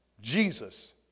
Jesus